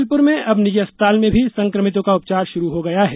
जबलपुर में अब निजी अस्पताल में भी संक्रमितों का उपचार शुरू हो गया है